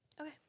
okay